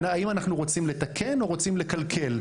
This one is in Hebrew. האם אנחנו רוצים לתקן או רוצים לקלקל?